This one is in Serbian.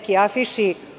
neki afiši